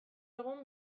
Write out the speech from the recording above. egun